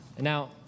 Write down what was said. now